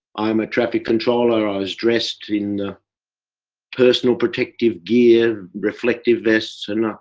i'm a traffic controller. i was dressed in the personal protective gear reflective vests and i.